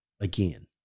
again